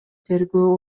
тергөө